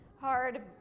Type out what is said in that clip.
hard